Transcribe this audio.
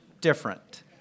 different